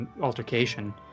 altercation